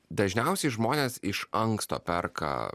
dažniausiai žmonės iš anksto perka